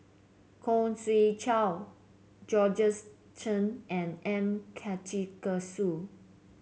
Khoo Swee Chiow Georgette Chen and M Karthigesu